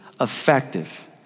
effective